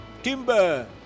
Timber